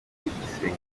igisenge